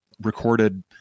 recorded